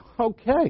Okay